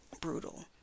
brutal